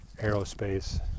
aerospace